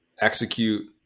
execute